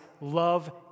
Love